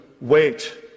wait